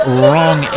wrong